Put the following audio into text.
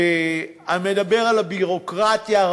ומדבר על הביורוקרטיה.